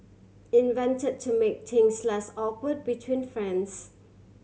invent to make things less awkward between friends